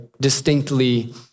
distinctly